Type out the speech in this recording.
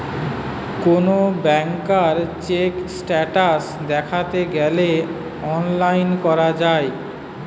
কোন ব্যাংকার check status দ্যাখতে গ্যালে অনলাইন করা যায়